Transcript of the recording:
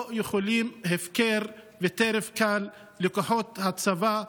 הם לא יכולים להיות הפקר וטרף קל לכוחות הצבא.